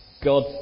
God